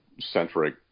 centric